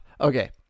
Okay